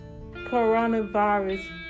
coronavirus